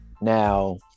now